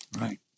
right